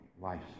life